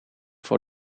voor